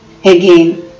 Again